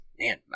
Man